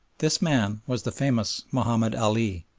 this man was the famous mahomed ali,